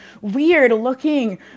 weird-looking